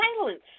silence